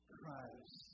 Christ